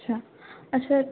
আচ্ছা আচ্ছা